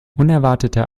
unerwarteter